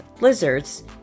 lizards